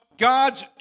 God's